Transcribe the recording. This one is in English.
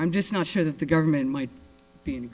i'm just not sure that the government might be